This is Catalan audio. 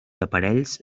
aparells